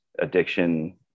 addiction